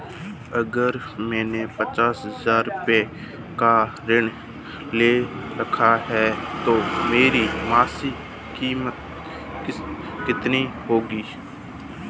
अगर मैंने पचास हज़ार रूपये का ऋण ले रखा है तो मेरी मासिक किश्त कितनी होगी?